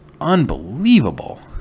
unbelievable